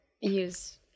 use